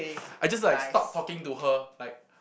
I just like stopped talking to her like